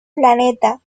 planeta